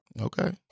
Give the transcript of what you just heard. okay